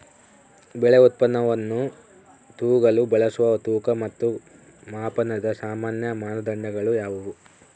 ಬೆಳೆ ಉತ್ಪನ್ನವನ್ನು ತೂಗಲು ಬಳಸುವ ತೂಕ ಮತ್ತು ಮಾಪನದ ಸಾಮಾನ್ಯ ಮಾನದಂಡಗಳು ಯಾವುವು?